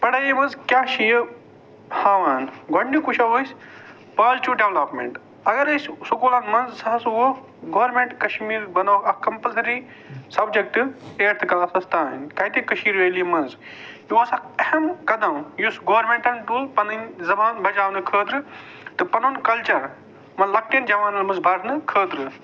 پَڑٲے منٛز کیٛاہ چھِ یہِ ہاوان گۄڈٕنیُک وُچھو أسۍ پازِٹیٛوٗ ڈیولَیپمٮ۪نٛٹ اَگر أسۍ سکوٗلَن منٛز زٕ ساس وُہ گورمٮ۪نٛٹ کَشمیٖر بَناو اکھ کَمپَلسٔری سَبجٮ۪کٹہٕ ایٹتھٕ کَلاسس تانۍ کتہِ کٔشیٖر ویلی منٛز یہِ اوس اکھ اَہم قدم یُس گورمِنٛٹَن تُل پَنٕنۍ زَبان بَچاونہٕ خٲطرٕ تہٕ پَنُن کَلچر یِمَن لۄکٹٮ۪ن جَوانن منٛز برنہٕ خٲطرٕ